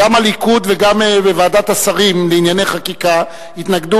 גם הליכוד וגם בוועדת השרים לענייני חקיקה התנגדו